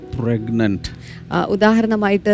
pregnant